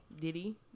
Diddy